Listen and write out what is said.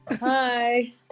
Hi